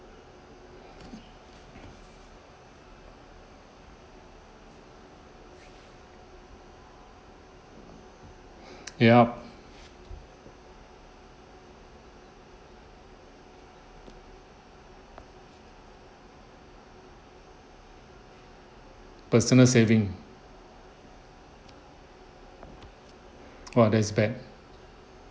yup personal saving oh that's bad